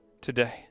today